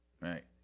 Right